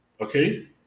Okay